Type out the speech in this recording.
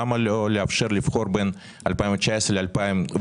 למה לא לאפשר לבחור בין 2019 לינואר-פברואר